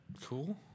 Cool